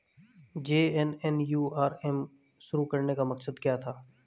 JNNURM शुरू करने का मकसद क्या था?